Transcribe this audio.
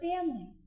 family